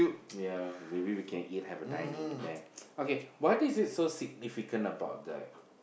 ya maybe we can eat have a dine in there okay what is it so significant about that